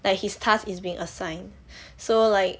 like his task is being assigned so like